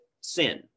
sin